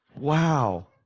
wow